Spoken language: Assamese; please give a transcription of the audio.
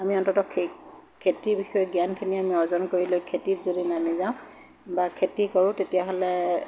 আমি অন্ততঃ খে খেতিৰ বিষয়ে জ্ঞানখিনি আমি অৰ্জন কৰি লৈ খেতিত যদি নামি যাওঁ বা খেতি কৰোঁ তেতিয়াহ'লে